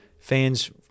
fans